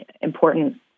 important